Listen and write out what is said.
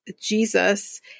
Jesus